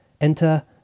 Enter